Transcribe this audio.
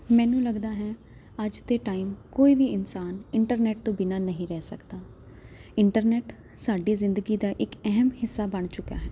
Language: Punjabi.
ਮੈਨੂੰ ਲੱਗਦਾ ਹੈ ਅੱਜ ਦੇ ਟਾਈਮ ਕੋਈ ਵੀ ਇਨਸਾਨ ਇੰਟਰਨੈਟ ਤੋਂ ਬਿਨਾਂ ਨਹੀਂ ਰਹਿ ਸਕਦਾ ਇੰਟਰਨੈਟ ਸਾਡੀ ਜ਼ਿੰਦਗੀ ਦਾ ਇੱਕ ਅਹਿਮ ਹਿੱਸਾ ਬਣ ਚੁੱਕਿਆ ਹੈ